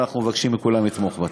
אנחנו מבקשים מכולם לתמוך בה.